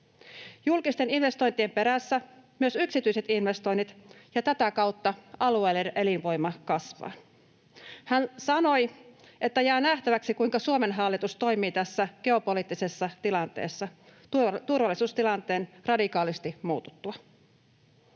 Julkisten investointien perässä myös yksityiset investoinnit ja tätä kautta alueiden elinvoima kasvavat. Hän sanoi, että jää nähtäväksi, kuinka Suomen hallitus toimii tässä geopoliittisessa tilanteessa turvallisuustilanteen radikaalisti muututtua.